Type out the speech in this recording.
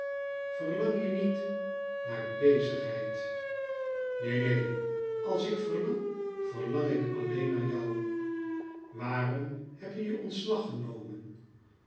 je niet naar bezigheid neen neen als ik verlang verlang ik alleen naarjou waarom heb jeje ontslag genomen